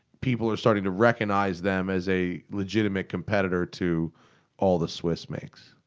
people are starting to recognize them as a legitimate competitor to all the swiss makes.